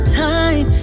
time